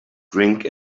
drink